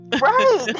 Right